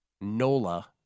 Nola